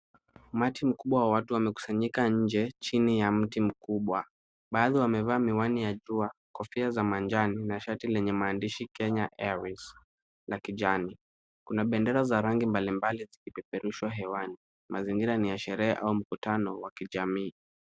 Umati mkubwa wa watu wamekusanyika nje chini ya mti mkubwa baadhi wamevaa miwani ya jua, kofia za manjano na shati lenye maandishi Kenya Airways la kijani. Kuna bendera za rangi mbalimbali zikipeperushwa hewani. Mazingira ni ya sherehe au mkutano wa kijamii.